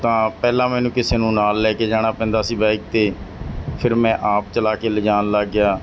ਤਾਂ ਪਹਿਲਾਂ ਮੈਨੂੰ ਕਿਸੇ ਨੂੰ ਨਾਲ ਲੈ ਕੇ ਜਾਣਾ ਪੈਂਦਾ ਸੀ ਬਾਈਕ 'ਤੇ ਫਿਰ ਮੈਂ ਆਪ ਚਲਾ ਕੇ ਲਿਜਾਣ ਲੱਗ ਗਿਆ